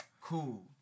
cool